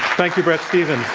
thank you, bret stephens.